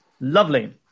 Lovely